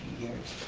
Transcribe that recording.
years.